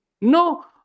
No